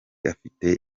afite